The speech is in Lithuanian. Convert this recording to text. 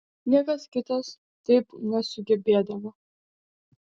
niekas kitas taip nesugebėdavo